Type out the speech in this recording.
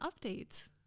updates